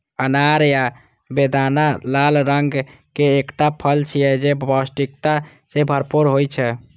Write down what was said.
अनार या बेदाना लाल रंग के एकटा फल छियै, जे पौष्टिकता सं भरपूर होइ छै